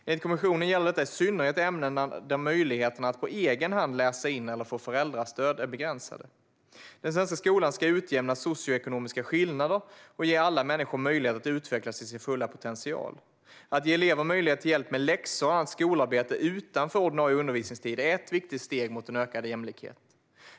Enligt kommissionen gäller detta i synnerhet ämnen där möjligheterna att på egen hand läsa in eller få föräldrastöd är begränsade. Den svenska skolan ska utjämna socioekonomiska skillnader och ge alla människor möjlighet att utvecklas till sin fulla potential. Att ge elever möjlighet till hjälp med läxor och annat skolarbete utanför ordinarie undervisningstid är ett viktigt steg mot en ökad jämlikhet.